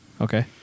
Okay